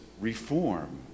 reform